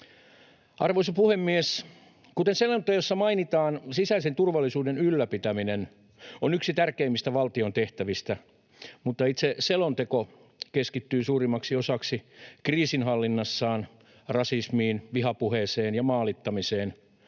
Arvoisa puhemies! Kuten selonteossa mainitaan, sisäisen turvallisuuden ylläpitäminen on yksi tärkeimmistä valtion tehtävistä, mutta itse selonteko keskittyy suurimmaksi osaksi kriisinhallinnassaan rasismiin, vihapuheeseen ja maalittamiseen.